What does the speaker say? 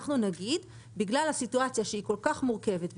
אנחנו נגיד בגלל הסיטואציה שהיא כל כך מורכבת,